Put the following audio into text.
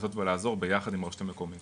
לנסות ולעזור ביחד עם הרשות המקומית.